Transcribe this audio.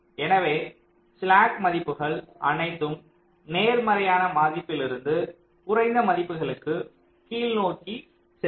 எனவே ஸ்லாக் மதிப்புகள் அனைத்தும் நேர்மறையான மதிப்பிலிருந்து குறைந்த மதிப்புகளுக்கு கீழ்நோக்கி நோக்கி செல்லும்